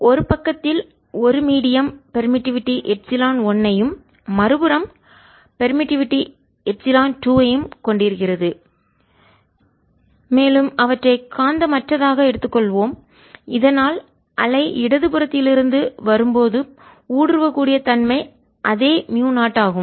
ஒரு பக்கத்தில் ஒரு மீடியம் ஊடகம் பெர்மிட்டிவிட்டி எப்சிலான் 1 ஐயும் மறுபுறம் பெர்மிட்டிவிட்டி எப்சிலான் 2 ஐயும் கொண்டிருக்கிறது மேலும் அவற்றை காந்தமற்றதாக எடுத்துக் கொள்வோம் இதனால் அலை இடது புறத்திலிருந்து வரும் போதும் ஊடுருவக்கூடிய தன்மை அதே மியூ0 ஆகும்